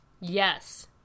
Yes